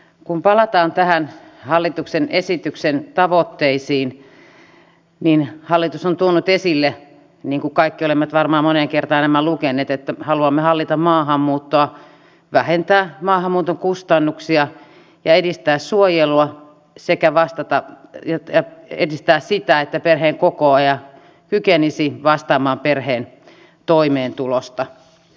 kun palataan hallituksen esityksen tavoitteisiin niin hallitus on tuonut esille niin kuin kaikki olemme varmaan moneen kertaan nämä lukeneet että haluamme hallita maahanmuuttoa vähentää maahanmuuton kustannuksia ja edistää suojelua sekä edistää sitä että perheenkokoaja kykenisi vastaamaan perheen toimeentulosta